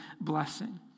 blessing